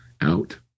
out